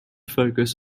focus